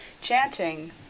chanting